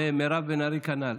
מירב בן ארי, כנ"ל.